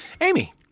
Amy